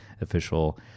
official